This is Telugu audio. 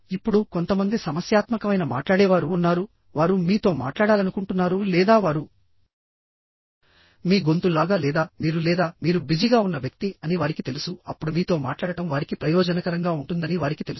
ఇప్పుడుకొంతమంది సమస్యాత్మకమైన మాట్లాడేవారు ఉన్నారువారు మీతో మాట్లాడాలనుకుంటున్నారు లేదా వారు మీ గొంతు లాగా లేదా మీరు లేదా మీరు బిజీగా ఉన్న వ్యక్తి అని వారికి తెలుసుఅప్పుడు మీతో మాట్లాడటం వారికి ప్రయోజనకరంగా ఉంటుందని వారికి తెలుసు